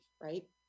right